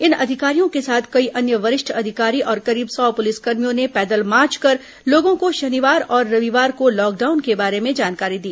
इन अधिकारियों के साथ कई अन्य वरिष्ठ अधिकारी और करीब सौ पुलिसकर्मियों ने पैदल मार्च कर लोगों को शनिवार और रविवार को लॉकडाउन के बारे में जानकारी दी